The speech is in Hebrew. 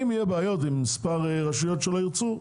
אם יהיה בעיות במספר רשויות שלא ירצו,